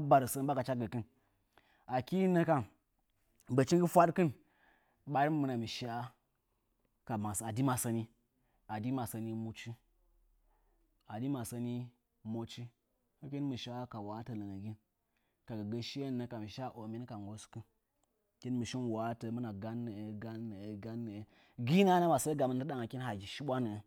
barə səə mbagacha gəkɨn. Akɨ nə na, ka bəchi fwaɗkɨn ɓarin mɨ mɨna shə a di masənin mochi, hɨkin mɨ shə ka uhətə lənəgin kagəgə shiye nə kam nəə shə omin ka nggoskɨn. Hɨkin mɨ shi uhətə, gan nəə, gan nəə, gan nəə, gɨi nahannə masəə gamɨni ndɨɗangən hari shi. Shiɓwa nəə.